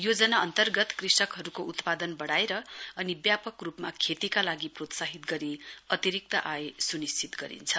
योजनाको अन्तर्गत कृषकहरूको उत्पादन बढाएर अनि व्यापक रूपमा खेतीका लागि प्रोत्साहित गरी अतिरिक्त आय सुनिश्चित गरिन्छ